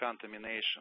contamination